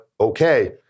okay